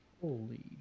Holy